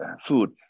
food